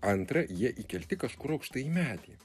antra jie įkelti kažkur aukštai medyje